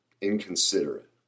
inconsiderate